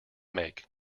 make